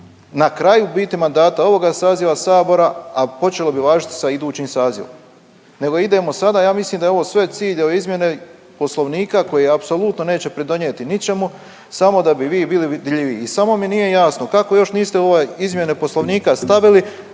na kraju u biti mandata ovoga saziva Sabora, a počelo bi važiti sa idućim sazivom, nego idemo sada, ja mislim da je ovo sve cilj ove izmjene Poslovnika koje apsolutno neće pridonijeti ničemu, samo da bi vi bili vidljiviji i samo mi nije jasno, kako još niste ovaj izmjene Poslovnika stavili